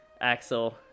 Axel